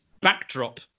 backdrop